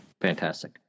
Fantastic